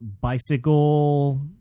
bicycle